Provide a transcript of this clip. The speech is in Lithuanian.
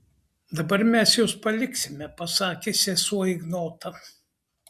dabar mes jus paliksime pasakė sesuo ignotą